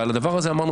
ועל הדבר הזה אמרנו,